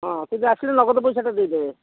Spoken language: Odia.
ହଁ କିନ୍ତୁ ଆସିଲେ ନଗଦ ପଇସାଟା ଦେଇ ଦେବେ